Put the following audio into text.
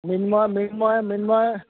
Mrinmoy Mrinmoy Mrinmoy